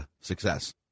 success